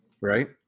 right